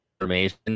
information